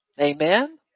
Amen